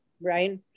right